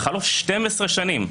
בחלוף 12 שנים,